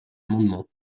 amendements